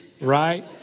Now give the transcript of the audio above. right